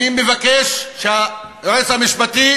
אני מבקש שהיועץ המשפטי